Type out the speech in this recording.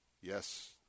Yes